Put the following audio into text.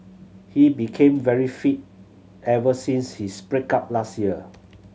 he became very fit ever since his break up last year